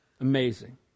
Amazing